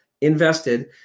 invested